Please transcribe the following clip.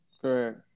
Correct